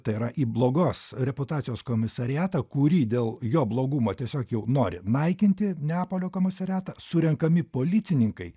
tai yra į blogos reputacijos komisariatą kurį dėl jo blogumo tiesiog jau nori naikinti neapolio komisariatą retą surenkami policininkai